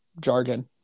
jargon